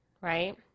right